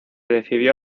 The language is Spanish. decidió